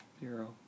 Zero